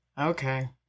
Okay